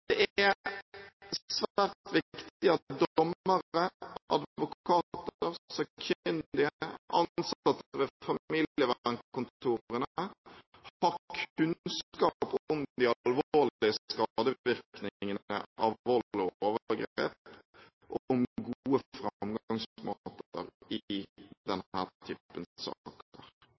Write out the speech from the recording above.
er svært viktig at dommere, advokater, sakkyndige og ansatte ved familievernkontorene har kunnskap om de alvorlige skadevirkningene av vold og overgrep, og om gode framgangsmåter i denne typen saker.